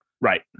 right